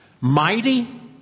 Mighty